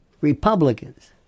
Republicans